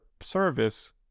service